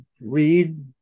read